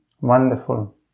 Wonderful